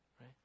right